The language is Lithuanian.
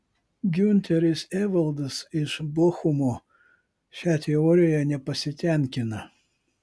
giunteris evaldas iš bochumo šia teorija nepasitenkina